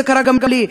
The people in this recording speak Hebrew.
זה קרה גם לי,